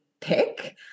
pick